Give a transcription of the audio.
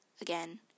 Again